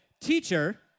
teacher